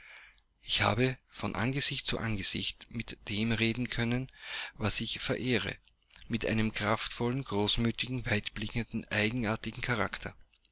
ich habe von angesicht zu angesicht mit dem reden können was ich verehre mit einem kraftvollen großmütigen weitblickenden eigenartigen charakter